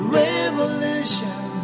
revolution